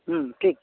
ଠିକ୍